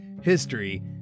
history